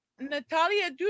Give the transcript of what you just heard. Natalia